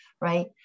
right